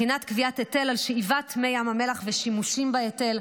בחינת קביעת היטל על שאיבת מי המלח ושימושים בהיטל,